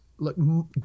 look